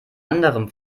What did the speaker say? anderem